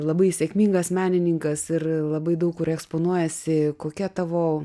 labai sėkmingas menininkas ir labai daug kur eksponuojasi kokia tavo